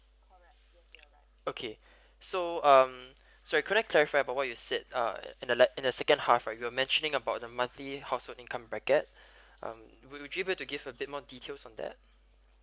okay so um sorry can I clarify about what you said uh in the left in the second half I have mentioning about the monthly household income bracket um would you to give a bit more details on that